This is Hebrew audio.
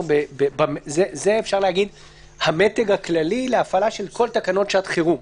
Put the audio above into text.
זה המתג הכללי להפעלה של כל תקנות שעת חירום.